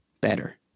better